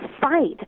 fight